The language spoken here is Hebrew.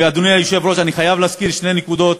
אדוני היושב-ראש, אני חייב להזכיר שתי נקודות